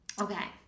Okay